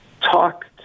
talk